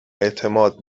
اعتماد